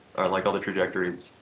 like, all the trajectories,